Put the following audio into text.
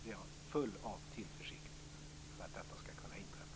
Jag är full av tillförsikt inför att detta skall kunna inträffa.